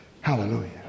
hallelujah